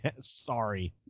sorry